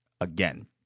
again